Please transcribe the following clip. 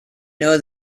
know